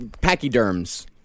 pachyderms